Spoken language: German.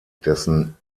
dessen